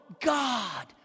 God